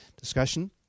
discussion